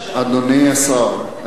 אדוני השר,